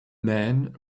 man